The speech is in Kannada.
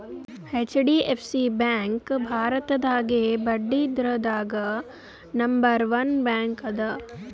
ಹೆಚ್.ಡಿ.ಎಫ್.ಸಿ ಬ್ಯಾಂಕ್ ಭಾರತದಾಗೇ ಬಡ್ಡಿದ್ರದಾಗ್ ನಂಬರ್ ಒನ್ ಬ್ಯಾಂಕ್ ಅದ